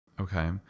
Okay